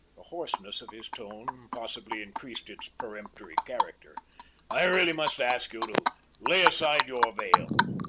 the hoarseness of his tone possibly increased its peremptory character i really must ask you to lay aside your veil.